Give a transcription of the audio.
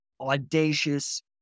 audacious